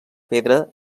pedra